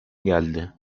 geldi